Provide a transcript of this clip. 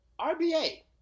RBA